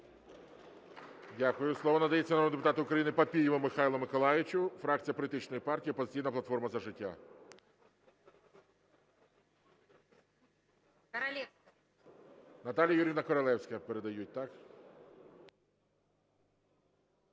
Дякую. Слово надається народному депутату України Папієву Михайлу Миколайовичу, фракція політичної партії "Опозиційна платформа – За життя". Наталії Юріївні Королевській передають,